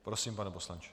Prosím, pane poslanče.